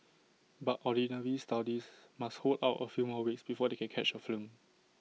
but Ordinary Saudis must hold out A few more weeks before they can catch A film